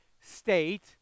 state